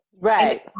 Right